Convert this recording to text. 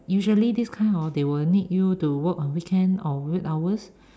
usually this kind hor they will need you to work on weekend or weird hours